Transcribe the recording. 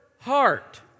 heart